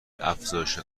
افزایش